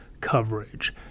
coverage